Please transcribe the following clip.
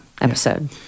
episode